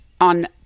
on